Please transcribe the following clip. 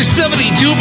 72